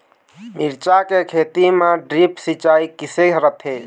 मिरचा के खेती म ड्रिप सिचाई किसे रथे?